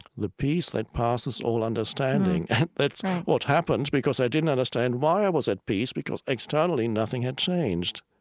the peace that passes all understanding. right and that's what happened because i didn't understand why i was at peace because externally nothing had changed.